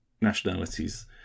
nationalities